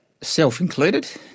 self-included